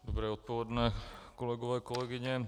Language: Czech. Dobré odpoledne, kolegové, kolegyně.